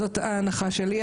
זאת ההנחה שלי.